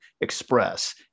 express